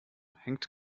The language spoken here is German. hängt